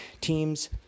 teams